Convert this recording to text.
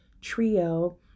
trio